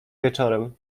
wieczorem